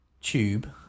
Tube